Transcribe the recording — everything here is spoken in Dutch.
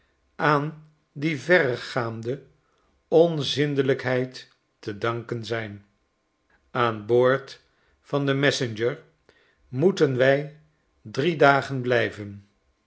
aan die verregaande onzindelijkheid te danken zijn aan boord van de messenger moeten wij drie dagen blijven